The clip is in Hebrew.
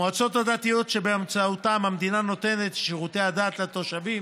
המועצות הדתיות שבאמצעותן המדינה נותנת שירותי הדת לתושבים